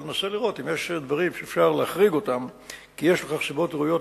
אבל ננסה לראות: אם יש דברים שאפשר להחריג אותם כי יש לכך סיבות ראויות,